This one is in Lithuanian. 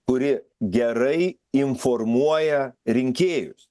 kuri gerai informuoja rinkėjus